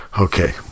Okay